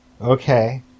Okay